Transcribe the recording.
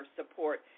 support